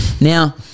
Now-